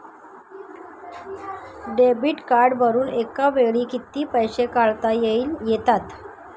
Debit कार्डवरुन एका वेळी किती पैसे काढता येतात?